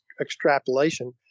extrapolation